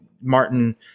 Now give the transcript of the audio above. Martin